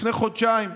לפני חודשיים,